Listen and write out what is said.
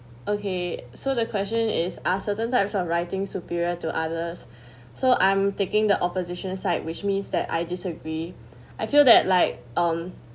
okay so the question is are certain types of writing superior to others so I'm taking the opposition site which means that I disagree I feel that like um